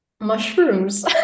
Mushrooms